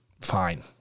fine